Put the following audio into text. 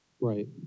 Right